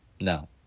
No